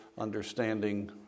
Understanding